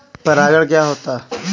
परागण क्या होता है?